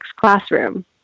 classroom